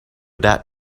that